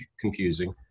confusing